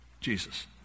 Jesus